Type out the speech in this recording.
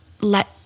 let